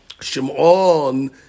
Shimon